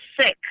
sick